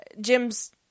Jim's